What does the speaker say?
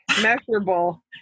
measurable